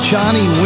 Johnny